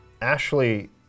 Ashley